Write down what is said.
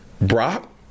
Brock